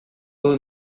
dut